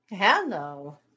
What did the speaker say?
Hello